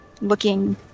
looking